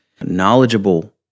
knowledgeable